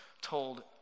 told